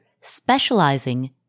specializing